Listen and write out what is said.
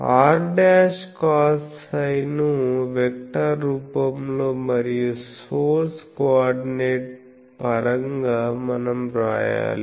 r'cosψ ను వెక్టర్ రూపంలో మరియు సోర్స్ కోఆర్డినేట్ పరంగా మనం వ్రాయాలి